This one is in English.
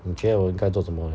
你觉得我该做什么